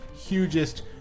hugest